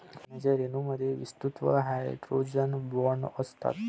पाण्याच्या रेणूंमध्ये विस्तृत हायड्रोजन बॉण्ड असतात